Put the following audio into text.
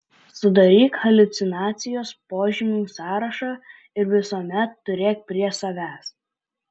sudaryk haliucinacijos požymių sąrašą ir visuomet turėk prie savęs